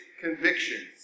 convictions